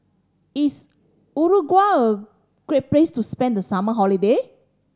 is Uruguay a great place to spend the summer holiday